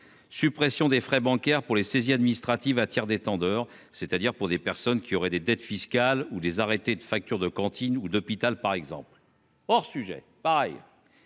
Suppression des frais bancaires pour les saisies administratives attire des tendeurs c'est-à-dire pour des personnes qui auraient des dettes fiscales ou des arrêtés de factures de cantine ou d'hôpital par exemple. Hors sujet pareil.